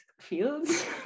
fields